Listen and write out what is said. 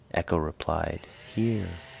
echo replied, here.